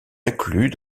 inclus